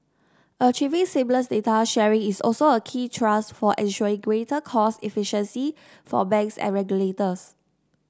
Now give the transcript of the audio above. achieving seamless data sharing is also a key thrust for ensuring greater cost efficiency for banks and regulators